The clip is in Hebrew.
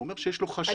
הוא אומר שיש לו חשש.